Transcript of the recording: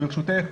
ברשותך,